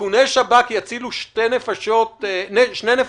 שאיכוני שב"כ יצילו שתי נפשות בישראל,